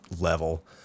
level